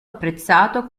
apprezzato